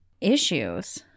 issues